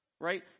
right